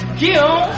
kill